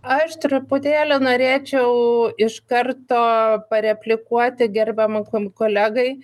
aš truputėlį norėčiau iš karto pareplikuoti gerbiamam kom kolegai